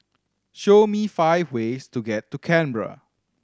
show me five ways to get to Canberra